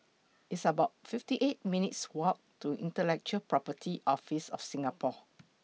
It's about fifty eight minutes' Walk to Intellectual Property Office of Singapore